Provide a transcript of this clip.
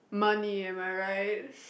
money am I right